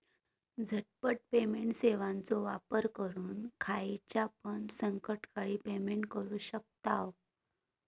झटपट पेमेंट सेवाचो वापर करून खायच्यापण संकटकाळी पेमेंट करू शकतांव